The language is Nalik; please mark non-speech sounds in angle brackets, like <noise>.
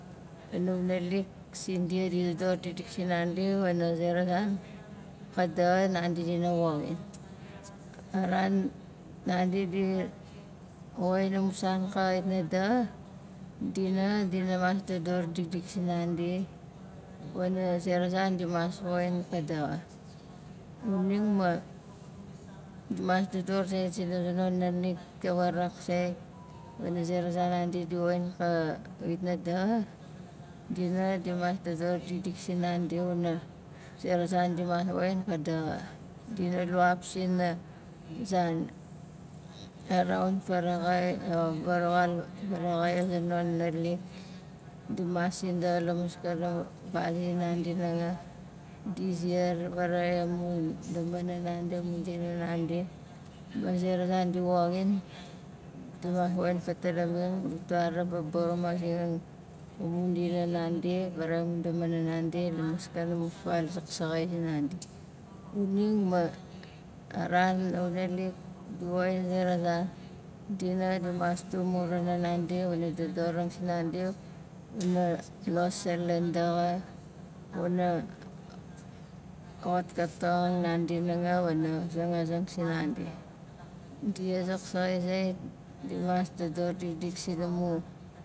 A nunaalik sindia di dodor dikdik sinandi wana zera zan ka daxa nandi dina woxin a ran nandi di woxin amu san kait na daxa di hanga dina mas dodor dikdik sinandi wana zera zan dimas woxin ka daxa xuning ma, dimas dodor zait sina zonon naalik tawarak sait wana zera zan nandi di woxin ka- wit na daxa dia nanga dimas dodor dikdik sinandi wana zera zan dimas woxin ka daxa dina luapizin <hesitation> a zan a raun faraxai o farawal faraxai a zonon naalik dimas sin daxa la maskana val zinandi nanga di ziar faraxai amun damana nandi mun dina nandi ma zera zan di woxin dimas poxin fatalamin ditwara babarumazang amu dina nandi faraxain amu damana nandi la maskana mu fal zaksaxai zinandi xuning ma, a ran a xunaalik di woxin a zera zan di nanga dimas tur la murana nandi wana dodorang sinandi wana los a lan daxa wana <hesitation> xotkatong nandi nanga waha zangazeng sinandi di zaksaxai zait dimas dodor dikdik sina mu